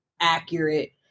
accurate